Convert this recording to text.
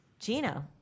Gino